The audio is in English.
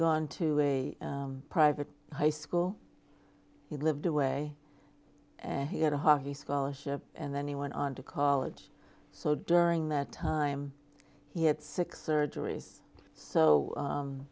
gone to a private high school he lived away and he had a hockey scholarship and then he went on to college so during that time he had six surgeries so